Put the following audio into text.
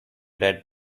read